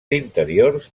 interiors